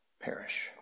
perish